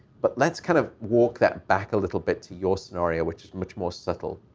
but let's kind of walk that back a little bit to your scenario, which is much more subtle.